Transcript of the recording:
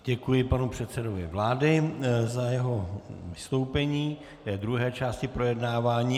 Děkuji panu předsedovi vlády za jeho vystoupení k druhé části projednávání.